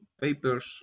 papers